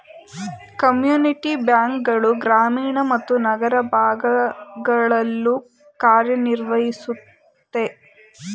community bank ಗಳು ಗ್ರಾಮೀಣ ಮತ್ತು ನಗರ ಭಾಗಗಳಲ್ಲೂ ಕಾರ್ಯನಿರ್ವಹಿಸುತ್ತೆ